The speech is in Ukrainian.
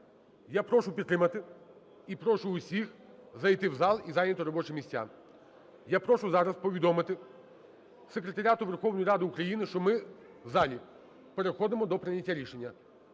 Я прошу підтримати і прошу всіх зайти в зал і зайняти робочі місця. Я прошу зараз повідомити Секретаріату Верховної Ради України, що ми в залі переходимо до прийняття рішення,